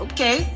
Okay